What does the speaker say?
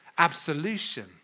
Absolution